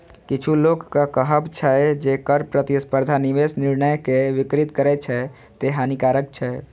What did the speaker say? किछु लोकक कहब छै, जे कर प्रतिस्पर्धा निवेश निर्णय कें विकृत करै छै, तें हानिकारक छै